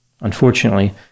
Unfortunately